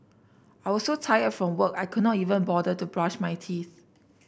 I was so tired from work I could not even bother to brush my teeth